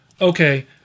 okay